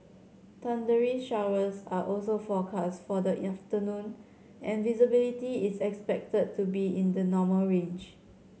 thundery showers are also forecast for the afternoon and visibility is expected to be in the normal range